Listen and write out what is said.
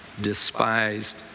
despised